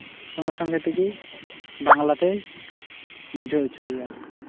ᱥᱚᱝᱜᱮ ᱥᱚᱝᱜᱮ ᱛᱮᱜᱮᱭ ᱵᱟᱝᱞᱟᱛᱮᱭ ᱵᱩᱡᱷᱟᱹᱣ ᱦᱚᱪᱚᱭᱮᱭᱟ